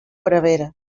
prevere